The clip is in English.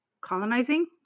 colonizing